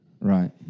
Right